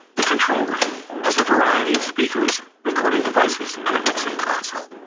the control room has a variety of speakers, recording devices and a mixing console,